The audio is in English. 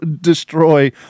destroy